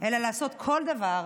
אלא לעשות כל דבר,